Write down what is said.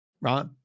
right